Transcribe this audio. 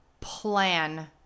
plan